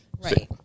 Right